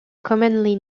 commonly